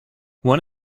one